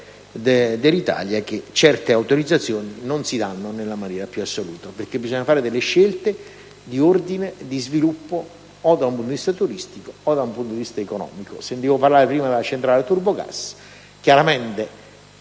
del fatto che certe autorizzazioni non devono essere concesse, nella maniera più assoluta. Bisogna fare delle scelte di ordine e di sviluppo o da un punto di vista turistico o da un punto di vista economico. Sentivo parlare prima della centrale a turbogas, e chiaramente